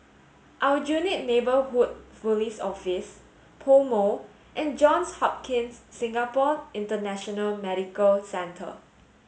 Aljunied Neighbourhood Police Office PoMo and Johns Hopkins Singapore International Medical Centre